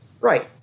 Right